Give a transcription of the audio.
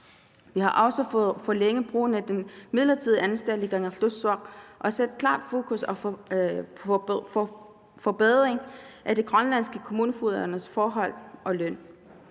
Vi har også fået forlænget brugen af den midlertidige anstalt i Kangerlussuaq og sat klart fokus på forbedring af de grønlandske kommunefogeders forhold og løn.